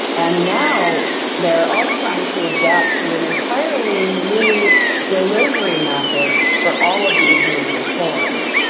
and now they're all trying to adapt to an entirely new delivery method for all of these media forms.